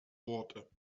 worte